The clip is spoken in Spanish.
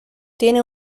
tiene